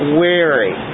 weary